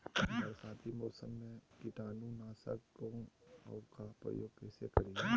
बरसाती मौसम में कीटाणु नाशक ओं का प्रयोग कैसे करिये?